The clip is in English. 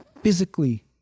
physically